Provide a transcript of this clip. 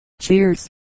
Cheers